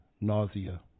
nausea